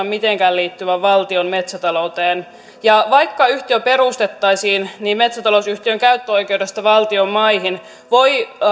mitenkään liittyvän valtion metsätalouteen ja vaikka yhtiö perustettaisiin niin metsätalousyhtiön käyttöoikeudesta valtion maihin voi